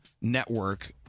network